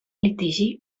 litigi